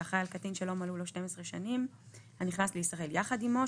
האחראי על קטין שלא מלאו לו 12 שנים הנכנס לישראל יחד עמו,